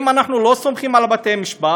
אם אנחנו לא סומכים על בתי-המשפט,